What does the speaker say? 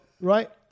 right